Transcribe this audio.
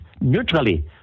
neutrally